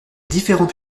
différents